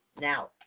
Now